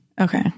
Okay